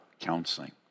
counseling